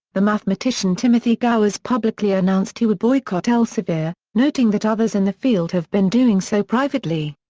the mathematician timothy gowers publicly announced he would boycott elsevier, noting that others in the field have been doing so privately.